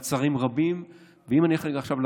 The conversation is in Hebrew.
מעצרים רבים, ואם אני אלך רגע לדרום,